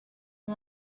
you